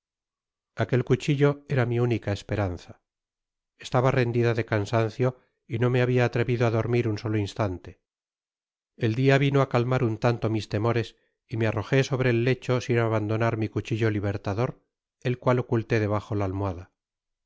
el cuchillo aquel cuchillo era mi única esperanza estaba rendida de cansancio y no me habia atrevido á dormir un solo instante el dia vino á calmar un tanto mis temores y me arroje sobre et lecho sin abandonar mi cuchillo libertador el cual oculté debajo la almohada